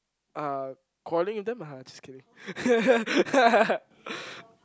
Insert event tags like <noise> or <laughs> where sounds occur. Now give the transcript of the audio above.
uh quarreling with them lah just kidding <laughs>